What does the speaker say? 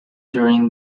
during